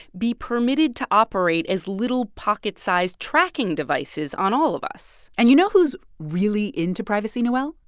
be permitted to operate as little pocket-sized tracking devices on all of us? and you know who's really into privacy, noel?